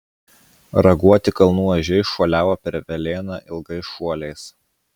raguoti kalnų ožiai šuoliavo per velėną ilgais šuoliais